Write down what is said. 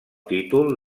títol